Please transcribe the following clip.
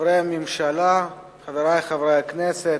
חברי הממשלה, חברי חברי הכנסת,